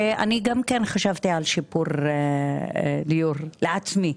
שגם אני חשבתי על שיפור דיור לעצמי.